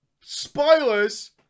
spoilers